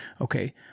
Okay